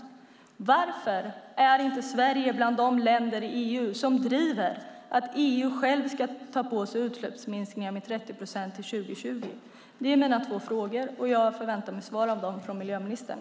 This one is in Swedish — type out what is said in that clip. Och varför är inte Sverige bland de länder i EU som driver att EU självt ska ta på sig utsläppsminskningar med 30 procent till 2020? Det är mina två frågor, och jag förväntar mig svar på dem av miljöministern.